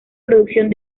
producción